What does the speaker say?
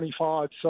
25